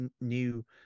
new